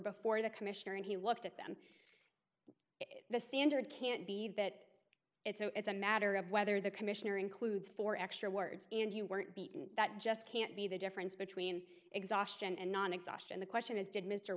before the commissioner and he looked at them the standard can't be that it's so it's a matter of whether the commissionaire includes four extra words and you weren't beaten that just can't be the difference between exhaustion and not exhaustion the question is did m